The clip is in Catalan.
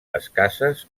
escasses